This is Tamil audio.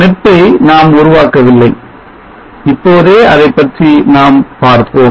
net ஐ நாம் உருவாக்கவில்லை இப்பொழுதே அதைப்பற்றி நாம் பார்ப்போம்